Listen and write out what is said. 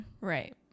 Right